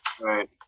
Right